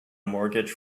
mortgage